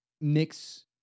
mix